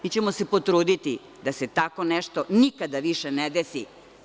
Mi ćemo se potruditi da se tako nešto nikada više ne desi.